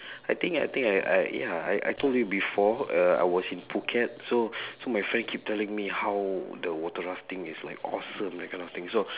I think I think I I ya I I told you before uh I was in phuket so so my friend keep telling me how the water rafting is like awesome that kind of thing so